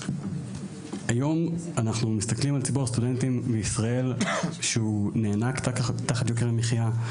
היום אנחנו מסתכלים על ציבור הסטודנטים בישראל שנאנק תחת יוקר המחיה.